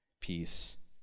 peace